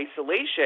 isolation